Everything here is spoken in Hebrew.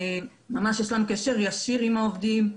ממש יש לנו קשר ישיר עם העובדים,